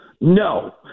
No